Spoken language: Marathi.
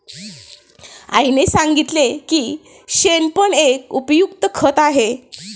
आईने सांगितले की शेण पण एक उपयुक्त खत आहे